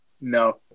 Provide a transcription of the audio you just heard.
No